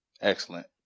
Excellent